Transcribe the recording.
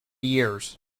years